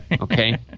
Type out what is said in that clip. Okay